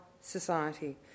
society